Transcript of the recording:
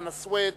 חנא סוייד,